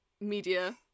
media